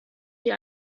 die